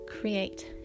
create